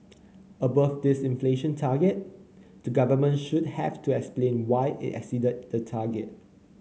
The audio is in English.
above this inflation target the government should have to explain why it exceeded the target